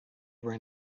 were